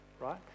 right